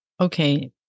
Okay